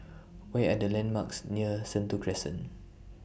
What Are The landmarks near Sentul Crescent